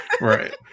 Right